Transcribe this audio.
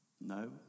no